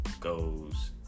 goes